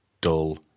dull